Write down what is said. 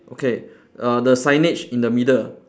okay uh the signage in the middle